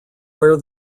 where